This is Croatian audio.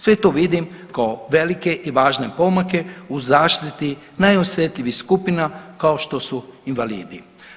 Sve to vidim kao velike i važne pomake u zaštiti najosetljivih skupina kao što su invalidi.